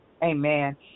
Amen